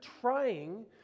trying